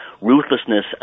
ruthlessness